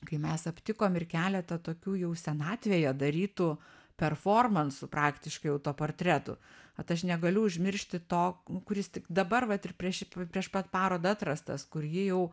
kai mes aptikom ir keletą tokių jau senatvėje darytų performansų praktiškai autoportretų vat aš negaliu užmiršti to kuris tik dabar vat ir prieš prieš pat parodą atrastas kur ji jau